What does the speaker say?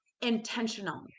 intentional